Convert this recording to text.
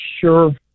sure